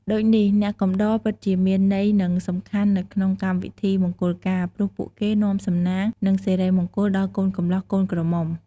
ដូចនេះ អ្នកកំដរពិតជាមានន័យនិងសំខាន់នៅក្នុងកម្មវិធីមង្គលការ ព្រោះពួកគេនាំសំណាង និងសិរីមង្គលដល់កូនកម្លោះកូនក្រមុំ។